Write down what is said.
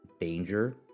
danger